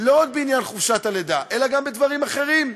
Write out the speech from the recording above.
לא רק בעניין חופשת הלידה אלא גם בדברים אחרים.